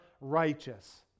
righteous